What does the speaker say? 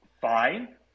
fine